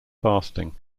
fasting